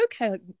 okay